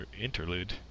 interlude